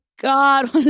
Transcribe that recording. God